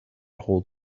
hold